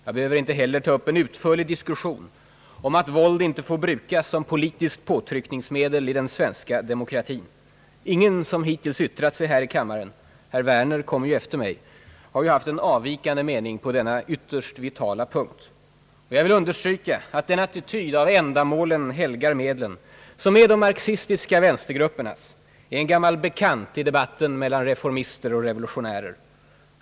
Jag behöver inte heller ta upp en utförlig diskussion om att våld inte får brukas som politiskt påtryckningsmedel i den svenska demokratin. Ingen som hittills yttrat sig här i kammaren — herr Werner kommer ju efter mig — har haft en avvikande mening på denna ytterst vitala punkt. Jag vill understryka att den attityd av »ändamålen helgar medlen», som är de marxistiska vänstergruppernas, är en gammal bekant i debatten mellan reformister och revolutionärer.